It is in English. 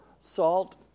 salt